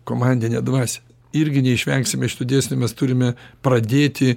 komandinę dvasią irgi neišvengsime šitų dėsnių mes turime pradėti